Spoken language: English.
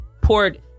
Poured